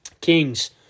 Kings